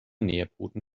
nährboden